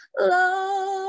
Love